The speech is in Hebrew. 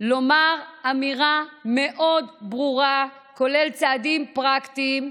לומר אמירה מאוד ברורה, כולל צעדים פרקטיים,